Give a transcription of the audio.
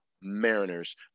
Mariners